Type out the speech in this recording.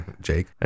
Jake